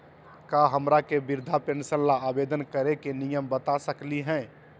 का हमरा के वृद्धा पेंसन ल आवेदन करे के नियम बता सकली हई?